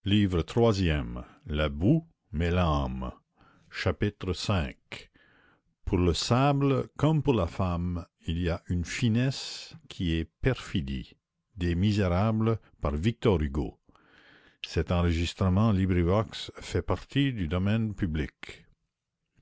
chapitre v pour le sable comme pour la femme il y a une finesse qui est perfidie